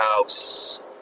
house